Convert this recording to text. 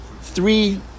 three